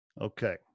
Okay